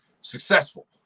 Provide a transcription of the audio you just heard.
successful